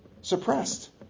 suppressed